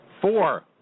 four